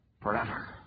Forever